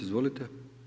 Izvolite.